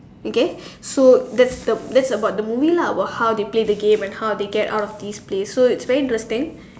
okay so that's the that's about the movie lah about how they play the game and how they get out of this place so it's very interesting